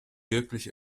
wirklich